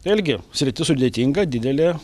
vėlgi sritis sudėtinga didelė